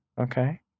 Okay